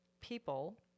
people